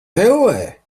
ellē